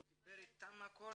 הוא דיבר איתם הכל,